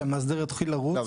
שהמאסדר יתחיל לרוץ --- לא,